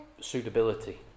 suitability